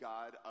God